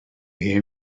hear